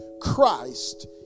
Christ